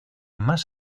más